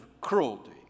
cruelty